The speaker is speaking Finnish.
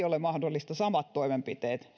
ole mahdollisia samat toimenpiteet